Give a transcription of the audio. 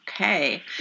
Okay